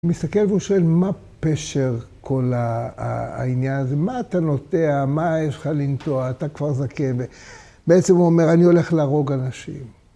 ‫הוא מסתכל והוא שואל, ‫מה פשר כל העניין הזה? ‫מה אתה נוטע? מה יש לך לנטוע? ‫אתה כבר זקן. ‫ובעצם הוא אומר, ‫אני הולך להרוג אנשים.